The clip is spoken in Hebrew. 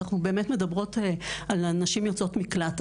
אנחנו באמת מדברות על הנשים יוצאות מקלט,